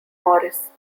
morris